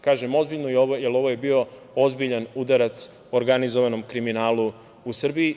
Kažem – ozbiljnu, jer ovo je bio ozbiljan udarac organizovanom kriminalu u Srbiji.